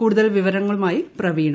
കൂടുതൽ വിവരങ്ങളുമായി പ്രവീണ